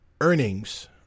earnings